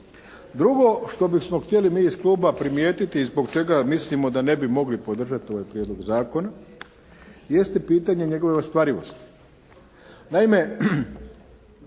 Drugo što bismo htjeli mi iz kluba primijetiti i zbog čega mislimo da ne bi mogli podržati ovaj prijedlog zakona, jeste pitanje njegove ostvarivosti.